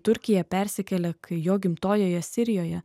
turkiją persikėlė kai jo gimtojoje sirijoje